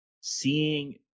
Seeing